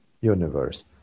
universe